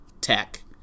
tech